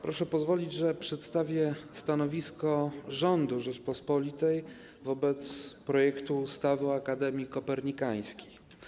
Proszę pozwolić, że przedstawię stanowisko rządu Rzeczypospolitej wobec projektu ustawy o Akademii Kopernikańskiej.